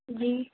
جی